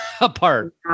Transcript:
apart